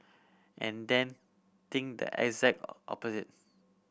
and then think the exact opposites